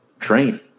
Train